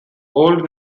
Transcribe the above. old